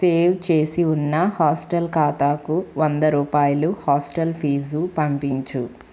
save చేసి ఉన్న hostel ఖాతాకు వంద రూపాయలు హాస్టల్ ఫీజు పంపించు